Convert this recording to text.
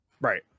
Right